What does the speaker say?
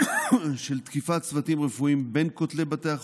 של תקיפת צוותים רפואיים בין כותלי בתי החולים,